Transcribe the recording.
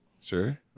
Sure